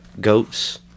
goats